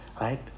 right